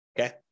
Okay